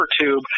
tube